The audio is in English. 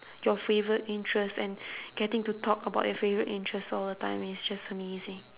your favourite interests and getting to talk about your favourite interest all the time is just amazing